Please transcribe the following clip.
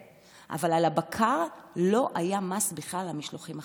אבל לא היה מס על בקר שמובל במשלוחים חיים.